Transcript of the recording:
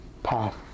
path